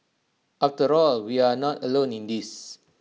after all we are not alone in this